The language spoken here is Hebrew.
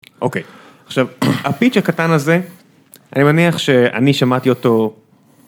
אוקיי, עכשיו הפיץ' הקטן הזה, אני מניח שאני שמעתי אותו...